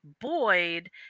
Boyd